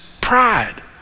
pride